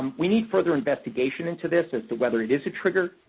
um we need further investigation into this as to whether it is a trigger.